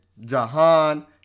Jahan